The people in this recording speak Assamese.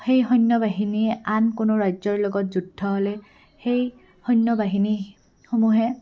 সেই সৈন্য বাহিনীয়ে আন কোনো ৰাজ্যৰ লগত যুদ্ধ হ'লে সেই সৈন্য বাহিনীসমূহে